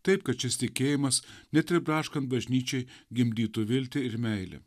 taip kad šis tikėjimas net ir braškant bažnyčiai gimdytų viltį ir meilę